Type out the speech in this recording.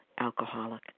alcoholic